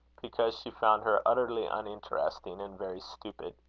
because she found her utterly uninteresting and very stupid.